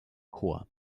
chor